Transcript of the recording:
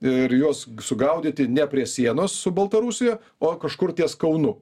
ir juos sugaudyti ne prie sienos su baltarusija o kažkur ties kaunu